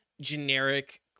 generic